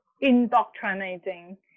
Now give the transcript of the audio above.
indoctrinating